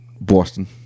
Boston